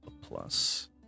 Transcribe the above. plus